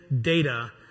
data